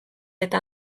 eta